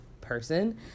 person